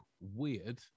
weird